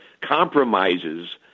compromises